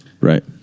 Right